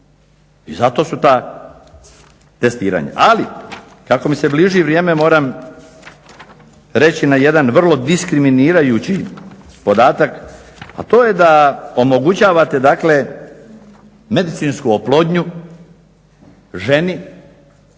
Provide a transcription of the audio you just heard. i zato su ta testiranja. Ali, kako mi se bliži vrijeme moram reći jedan vrlo diskriminirajući podatak, a to je da omogućavate dakle medicinsku oplodnju ženi